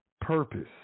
purpose